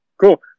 Cool